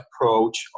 approach